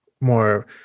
more